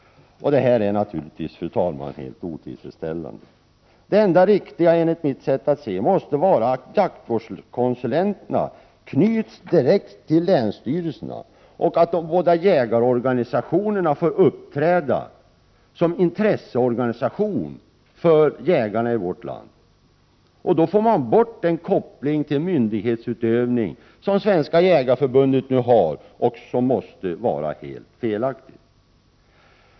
Det är naturligtvis, fru talman, mycket otillfredsställande. Det enda riktiga, enligt mitt sätt att se, måste vara att jaktvårdskonsulenterna knyts direkt till länsstyrelserna och att de båda jägarorganisationerna får uppträda som intresseorganisationer för jägarna i vårt land. Då får man bort den koppling till myndighetsutövning som Svenska jägarförbundet nu har och som måste vara helt felaktig.